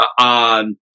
on